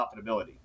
profitability